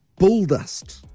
bulldust